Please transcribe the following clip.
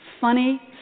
funny